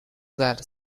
that